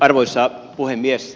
arvoisa puhemies